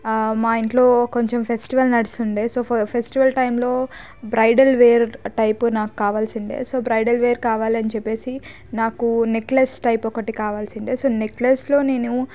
మా ఇంట్లో కొంచెం ఫెస్టివల్ నడుస్తుంది సో ఫెస్టివల్ టైంలో బ్రైడల్ వేర్ టైపు నాకు కావాల్సిందే సో బ్రైడల్ వేర్ కావాలని చెప్పేసి నాకు నెక్లెస్ టైప్ ఒకటి కావాల్సిండే సో నెక్లెస్లో నేను